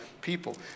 people